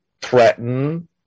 threaten